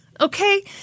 Okay